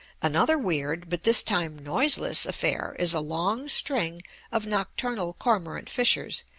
another weird, but this time noiseless, affair is a long string of nocturnal cormorant fishers,